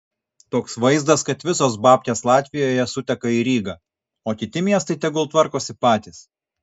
toks vaizdas kad visos babkės latvijoje suteka į rygą o kiti miestai tegul tvarkosi patys